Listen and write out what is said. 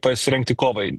pasirengti kovai